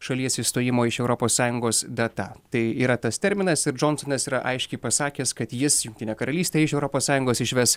šalies išstojimo iš europos sąjungos data tai yra tas terminas ir džonsonas yra aiškiai pasakęs kad jis jungtinę karalystę iš europos sąjungos išves